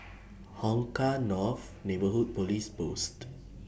Hong Kah North Neighbourhood Police Post